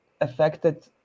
affected